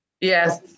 Yes